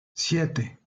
siete